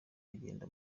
agenda